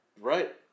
right